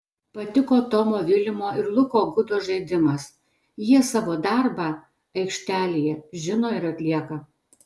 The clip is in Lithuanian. patiko tomo vilimo ir luko gudo žaidimas jie savo darbą aikštelėje žino ir atlieka